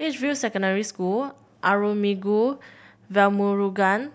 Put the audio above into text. Edgefield Secondary School Arulmigu Velmurugan